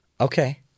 Okay